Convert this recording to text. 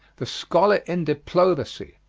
the scholar in diplomacy.